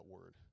word